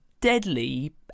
deadly